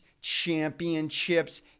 championships